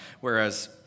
whereas